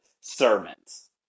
sermons